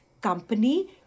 company